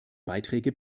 beiträge